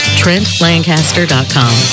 trentlancaster.com